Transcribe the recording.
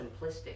simplistic